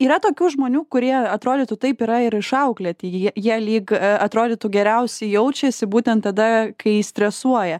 yra tokių žmonių kurie atrodytų taip yra ir išauklėti jie jie lyg atrodytų geriausiai jaučiasi būtent tada kai stresuoja